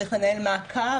צריך לנהל מעקב,